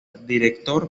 director